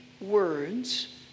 words